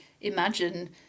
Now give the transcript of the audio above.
imagine